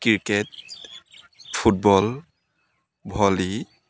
cricket football volley